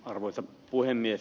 arvoisa puhemies